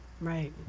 Right